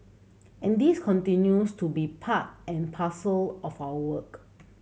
and this continues to be part and parcel of our work